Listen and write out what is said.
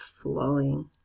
flowing